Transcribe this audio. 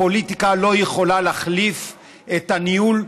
הפוליטיקה לא יכולה להחליף את הניהול,